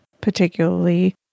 particularly